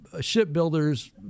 shipbuilders